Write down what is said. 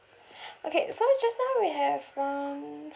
okay so just now we have um